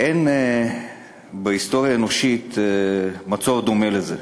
אין בהיסטוריה האנושית מצור דומה לזה,